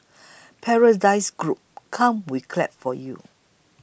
Paradise Group come we clap for you